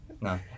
No